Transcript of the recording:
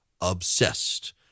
obsessed